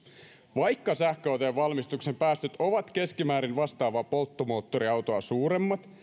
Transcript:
vaikka sähköautojen valmistuksen päästöt ovat keskimäärin vastaavaa polttomoottoriautoa suuremmat